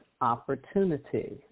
opportunity